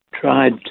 tried